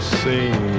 seen